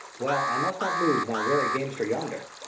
well, i must not lose my wary gamester yonder.